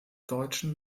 deutschen